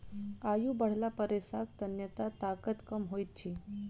आयु बढ़ला पर रेशाक तन्यता ताकत कम होइत अछि